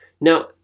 Now